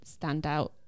standout